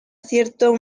cierto